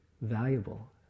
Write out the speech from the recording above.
valuable